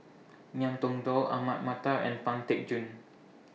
Ngiam Tong Dow Ahmad Mattar and Pang Teck Joon